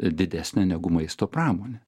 didesnę negu maisto pramonė